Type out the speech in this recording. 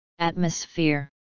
atmosphere